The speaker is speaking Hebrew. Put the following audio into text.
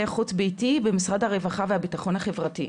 חוץ ביתי במשרד הרווחה והביטחון החברתי.